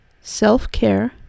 self-care